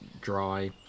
dry